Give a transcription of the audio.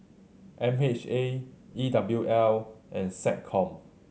M H A E W L and SecCom